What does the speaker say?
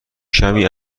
کمی